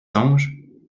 songes